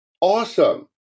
Awesome